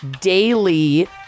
daily